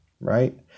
right